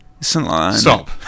Stop